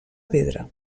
pedra